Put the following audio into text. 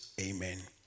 Amen